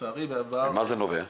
ממה זה נובע?